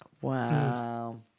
Wow